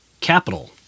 Capital